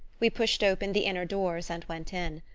we pushed open the inner doors and went in.